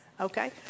Okay